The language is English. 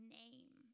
name